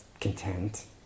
content